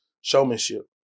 showmanship